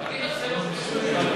מסכים.